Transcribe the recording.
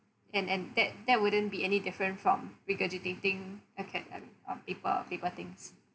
and and that that wouldn't be any different from regurgitating aca~ um um paper paper things